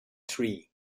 tree